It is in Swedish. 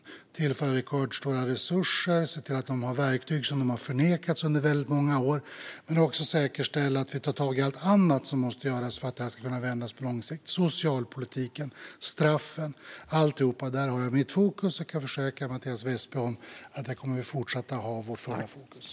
Vi tillför rekordstora resurser, ser till att de har verktyg som de har nekats under väldigt många år och säkerställer också att vi tar tag i allt annat som måste göras för att det här ska kunna vändas på lång sikt: socialpolitiken, straffen och alltihop. Där har jag mitt fokus, och jag kan försäkra Mattias Vepsä om att där kommer vi att fortsätta att ha vårt fulla fokus.